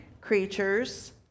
creatures